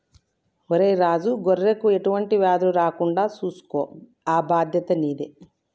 ఒరై రాజు గొర్రెలకు ఎటువంటి వ్యాధులు రాకుండా సూసుకో ఆ బాధ్యత నీదే